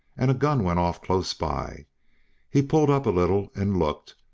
and a gun went off close by he pulled up a little and looked,